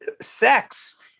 sex